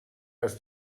ist